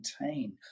maintain